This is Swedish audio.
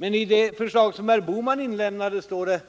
Men i det ändringsförslag som herr Bohman lämnat till justitiedepartementet står det: